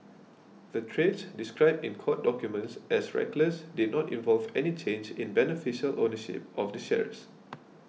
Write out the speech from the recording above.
the trades described in court documents as reckless did not involve any change in beneficial ownership of the shares